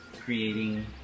creating